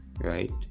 right